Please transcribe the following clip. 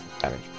damage